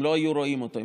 הן לא היו רואות אותו,